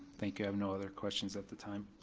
thank you, i have no other questions at the time.